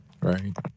right